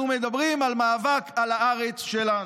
אנחנו מדברים על מאבק על הארץ שלנו.